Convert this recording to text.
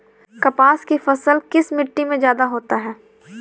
कपास की फसल किस मिट्टी में ज्यादा होता है?